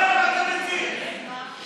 אתם פוזיטיביים?